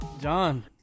John